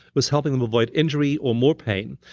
was helping them avoid injury or more pain.